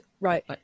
right